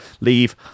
leave